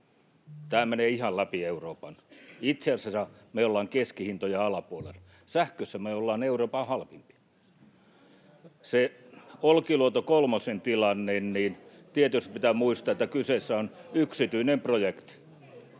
Tämä menee ihan läpi Euroopan. Itse asiassa me olemme keskihintojen alapuolella, sähkössä me olemme Euroopan halvimpia. Olkiluoto kolmosen tilanteesta pitää tietysti muistaa, että kyseessä on yksityinen projekti,